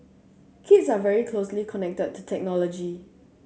kids are very closely connected to technology